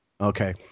Okay